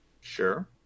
Sure